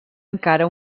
encara